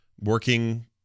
working